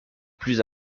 plus